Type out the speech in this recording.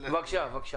מפזרים כנסת.